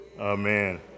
Amen